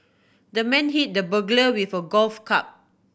the man hit the burglar with a golf club